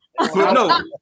no